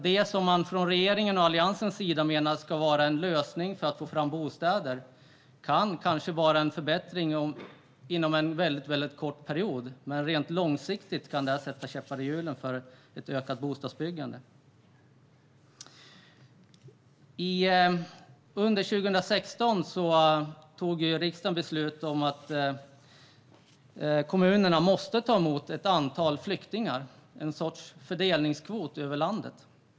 Det som man från regeringens och Alliansens sida menar ska vara en lösning för att få fram bostäder kan kanske vara en förbättring under en väldigt kort period, men långsiktigt kan det här sätta käppar i hjulen för ett ökat bostadsbyggande. Under 2016 fattade riksdagen beslut om att kommunerna måste ta emot ett antal flyktingar - en sorts fördelningskvot över landet.